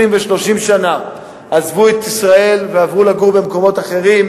20 ו-30 שנה עזבו את ישראל ועברו לגור במקומות אחרים,